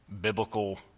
biblical